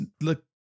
look